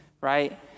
right